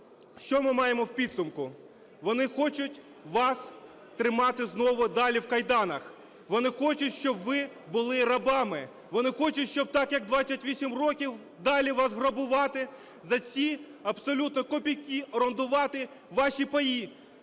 що ми маємо у підсумку. Вони хочуть вас тримати знову далі в кайданах. Вони хочуть, щоб ви були рабами. Вони хочуть, щоб так, як 28 років далі вас грабувати, за ці абсолютно копійки орендувати ваші паї.